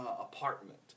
apartment